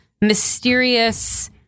mysterious